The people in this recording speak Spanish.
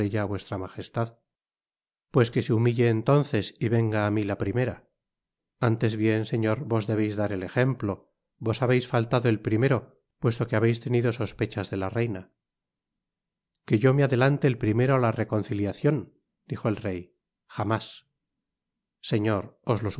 vuestra magestad pues que se humille entonces y venga á mi la primera antes bien señor vos debeis dar el ejemplo vos habeis faltado el primero puesto que habeis tenido sospechas de la reina que yo me adelante el primero á la reconciliacion dijo el rey jamás señor